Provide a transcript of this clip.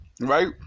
right